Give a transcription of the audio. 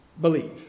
Believe